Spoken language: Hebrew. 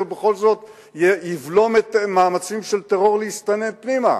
שבכל זאת יבלום את המאמצים של הטרור להסתנן פנימה.